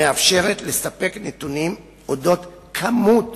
מאפשרת לספק נתונים אודות כמות